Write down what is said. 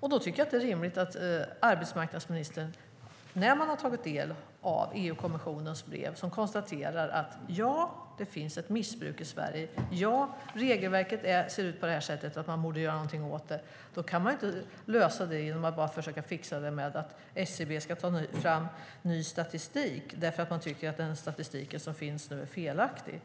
Då är det rimligt att arbetsmarknadsministern, när hon har tagit del av EU-kommissionens brev, konstaterar: Ja, det finns ett missbruk i Sverige och ja, regelverket ser ut på det här sättet och det borde man göra något åt. Man kan inte lösa det bara genom att SCB ska ta fram ny statistik eftersom man tycker att den statistik som finns är felaktig.